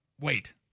Wait